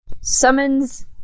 Summons